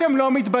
אתם לא מתביישים?